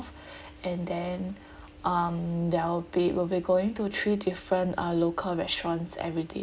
and then um there'll we'll be going to three different uh local restaurants everyday